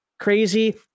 Crazy